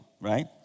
right